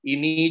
Ini